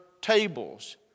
tables